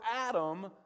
Adam